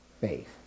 faith